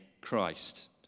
Christ